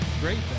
Great